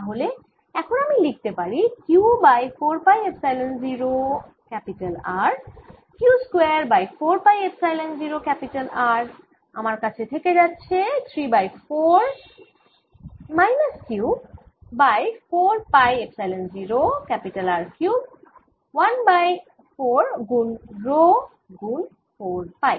তাহলে এখন আমি লিখতে পারি Q by 4 pi epsilon 0 R Q square by 4 pi epsilon 0 R আমার কাছে থেকে যাচ্ছে 3 by 4 minus Q by 4 pi epsilon 0 R cube 1 by 4 গুন রো গুন 4 পাই